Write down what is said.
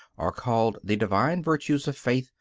are called the divine virtues of faith,